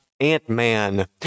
ant-man